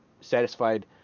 satisfied